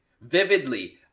Vividly